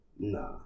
Nah